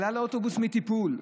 עלה לאוטובוס מטיפול.